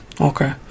Okay